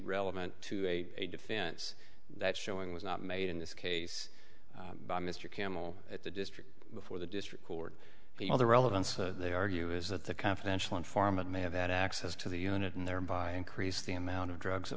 relevant to a defense that showing was not made in this case by mr campbell at the district before the district court people the relevance they argue is that the confidential informant may have had access to the unit and thereby increase the amount of drugs that